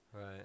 Right